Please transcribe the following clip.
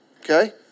Okay